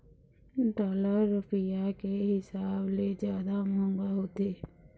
dollar रुपया के हिसाब ले जादा मंहगा होथे